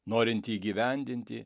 norinti įgyvendinti